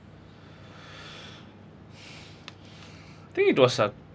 think it was a